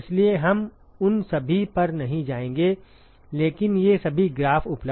इसलिए हम उन सभी पर नहीं जाएंगे लेकिन ये सभी ग्राफ़ उपलब्ध हैं